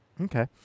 Okay